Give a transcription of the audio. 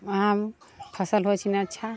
उहाँ फसल होइ छनि अच्छा